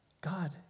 God